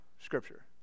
Scripture